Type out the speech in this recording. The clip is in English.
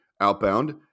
outbound